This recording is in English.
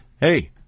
Hey